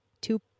two